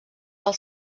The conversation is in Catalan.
del